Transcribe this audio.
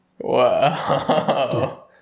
Wow